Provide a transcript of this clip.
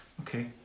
Okay